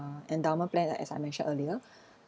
uh endowment plan ah as I mentioned earlier